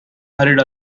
hurried